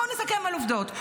בואו נסכם על עובדות.